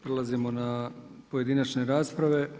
Prelazimo na pojedinačne rasprave.